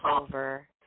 over